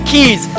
Keys